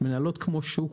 מנהלות כמו שוק,